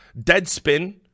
Deadspin